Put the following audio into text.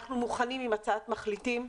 אנחנו מוכנים עם הצעת מחליטים,